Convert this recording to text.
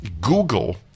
Google